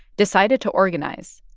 decided to organize.